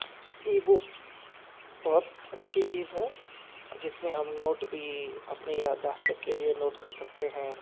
ای book بہت اچھی چیز ہے جس میں ہم نوٹ بھی اپنی یادداشت کے لئے نوٹ کر سکتے ہیں